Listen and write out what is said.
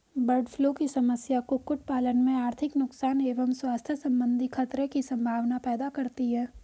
bird flu की समस्या कुक्कुट पालन में आर्थिक नुकसान एवं स्वास्थ्य सम्बन्धी खतरे की सम्भावना पैदा करती है